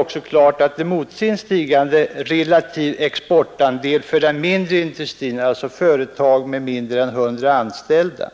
också klart kunde emotse en stigande relativ exportandel för den mindre industrin, dvs. för företag med mindre än 100 anställda.